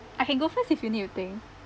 I can go first if you need to think